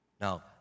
now